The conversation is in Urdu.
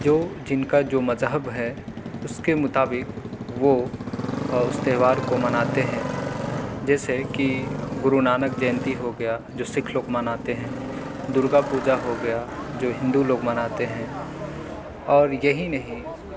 جو جن کا جو مذہب ہے اس کے مطابق وہ اس تہوار کو مناتے ہے جیسے کہ گرونانک جینتی ہو گیا جو سکھ لوگ مناتے ہے درگا پوجا ہو گیا جو ہندو لوگ مناتے ہیں اور یہی نہیں